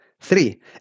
Three